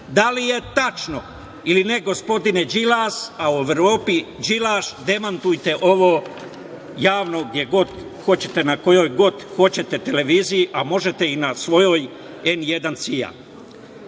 li je tačno ili ne gospodine Đilas, a u Evropi Đilaš, demantujte ovo javno gde god hoćete, na kojoj god hoćete televiziji, a možete i na svojoj „N1 CIA“?